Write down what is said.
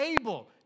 able